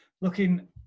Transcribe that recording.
Looking